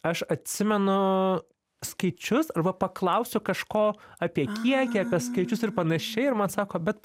aš atsimenu skaičius arba paklausiu kažko apie kiekį apie skaičius ir panašiai ir man sako bet